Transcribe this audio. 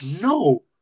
no